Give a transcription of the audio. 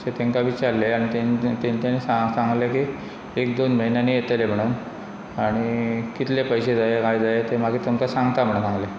अशें तेंकां विचारलें आनी तें तेंच्यानी सांगलें की एक दोन म्हयन्यांनी येतलें म्हुणोन आनी कितलें पयशे जाय काय जाय तें मागीर तुमकां सांगता म्हुणोन सांगलें